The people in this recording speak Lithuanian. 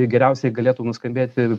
geriausiai galėtų nuskambėt ir